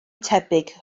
tebyg